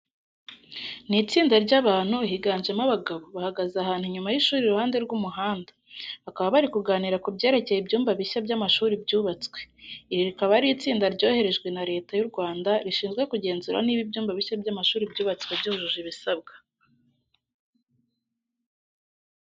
Ni itsinda ry'abantu, higanjemo abagabo, bahagaze ahantu inyuma y'ishuri iruhande rw'umuhanda. Bakaba bari kuganira ku byerekeye ibyumba bishya by'amashuri byubatswe. Iri rikaba ari itsinda ryoherejwe na Leta y'u Rwanda rishinzwe kugenzura niba ibyumba bishya by'amashuri byubatswe byujuje ibisabwa.